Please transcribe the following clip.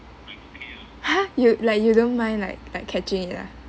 ha you like you don't mind like like catching it ah